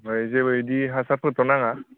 ओमफ्राय जेबो बिदि हासारफोरथ' नाङा